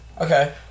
Okay